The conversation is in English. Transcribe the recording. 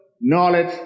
knowledge